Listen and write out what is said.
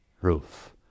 Ruth